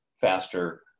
faster